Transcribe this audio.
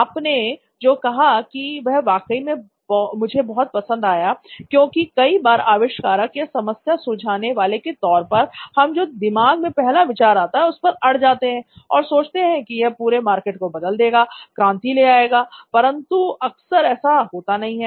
आपने जो कहा वह वाकई में मुझे बहुत पसंद आया क्योंकि कई बार आविष्कारक या समस्या सुलझाने वाले के तौर पर हम जो दिमाग में पहला विचार आता है उस पर अड जाते हैं और सोचते हैं की यह पूरे मार्केट को बदल देगा क्रांति ले आएगा परंतु अक्सर ऐसा होता नहीं है